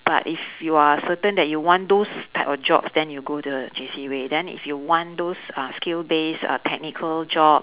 but if you are certain that you want those type of jobs then you go the J_C way then if you want those uh skill base uh technical job